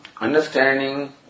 Understanding